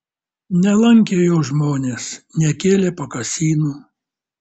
nelankė jo žmonės nekėlė pakasynų